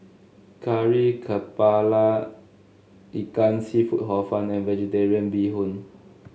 Kari kepala Ikan seafood Hor Fun and vegetarian Bee Hoon